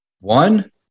One